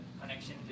connection